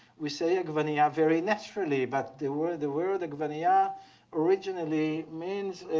we say agvenia very naturally but the word the word agvenia originally means